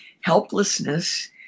helplessness